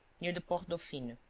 near the porte dauphine,